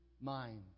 mind